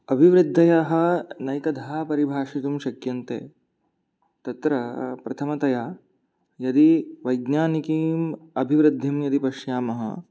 अभिवृद्धयः नैकधा परिभाषितुं शक्यन्ते तत्र प्रथमतया यदि वैज्ञानिकीम् अभिवृद्धिं यदि पश्यामः